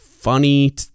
Funny